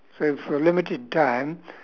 so for a limited time